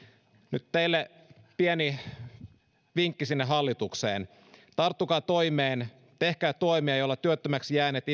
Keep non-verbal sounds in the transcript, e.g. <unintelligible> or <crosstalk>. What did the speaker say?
nyt teille pieni vinkki sinne hallitukseen tarttukaa toimeen tehkää toimia joilla työttömäksi jääneet <unintelligible>